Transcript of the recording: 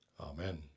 Amen